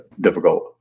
difficult